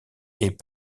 est